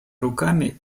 руками